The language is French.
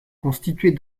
constituées